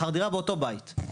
אחר דירה באותו בית.